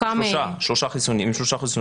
עם שלושה חיסונים.